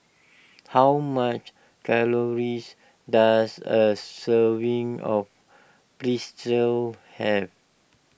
how much calories does a serving of Pretzel have